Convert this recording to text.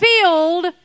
filled